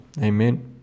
Amen